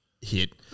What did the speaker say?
hit